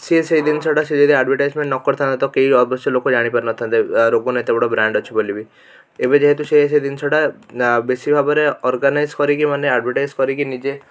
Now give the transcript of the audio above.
ସିଏ ସେଇ ଜିନିଷଟା ସେ ଯଦି ଆଡ଼ଭଟାଈଜମେଣ୍ଟ କରିଥାନ୍ତ ତ କେହି ଅବଶ୍ୟ ଲୋକ ଜାଣି ପାରିନଥାନ୍ତେ ରୋଗନ୍ର ଏତେ ବଡ଼ ବ୍ରାଣ୍ଡ୍ ଅଛି ବୋଲି ବି କି ଏବେ ଯେହେତୁ ସେ ସେ ଜିନିଷଟା ବେଶୀ ଭାବରେ ଅର୍ଗାନାଇଜ କରିକି ମାନେ ଆଡ଼ଭଟାଈଜ କରିକି ନିଜେ